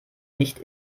nicht